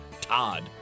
Todd